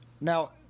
Now